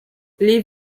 les